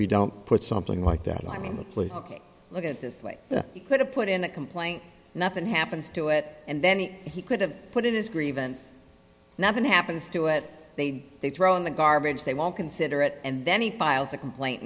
we don't put something like that line in the play hookey look at this way you could have put in a complaint nothing happens to it and then he could have put in his grievance nothing happens to it they they throw in the garbage they won't consider it and then he files a complaint